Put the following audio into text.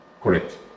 Correct